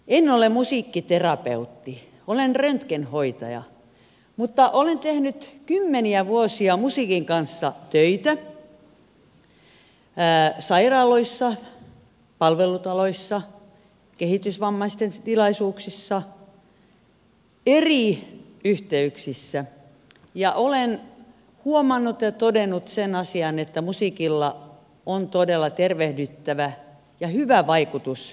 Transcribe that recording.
en ole musiikkiterapeutti olen röntgenhoitaja mutta olen tehnyt kymmeniä vuosia musiikin kanssa töitä sairaaloissa palvelutaloissa kehitysvammaisten tilaisuuksissa eri yhteyksissä ja olen huomannut ja todennut sen asian että musiikilla on todella tervehdyttävä ja hyvä vaikutus ihmisiin